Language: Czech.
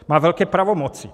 Má velké pravomoce.